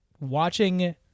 watching